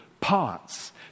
parts